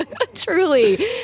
Truly